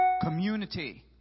community